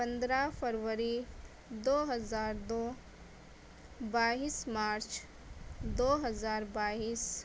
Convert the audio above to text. پندرہ فروری دو ہزار دو بائیس مارچ دو ہزار بائیس